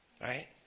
Right